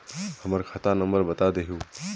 हमर खाता नंबर बता देहु?